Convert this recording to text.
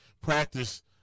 practice